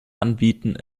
anbieten